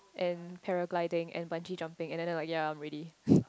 and paragliding and bungee jumping and then I like ya I'm ready